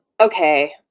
Okay